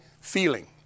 feeling